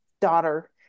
daughter